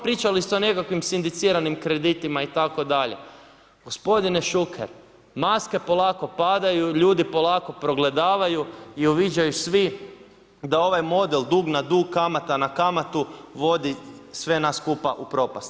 Pričali ste o nekakvim sindiciranim kreditima itd. gospodine Šuker, maske polako padaju, ljudi polako progledavaju i uviđaju svi da ovaj model dug na dug, kamata na kamatu vodi sve nas skupa u propast.